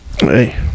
Hey